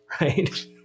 Right